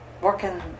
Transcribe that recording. working